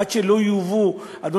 עד שלא יובאו תיקונים.